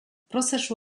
prozesu